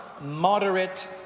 moderate